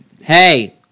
Hey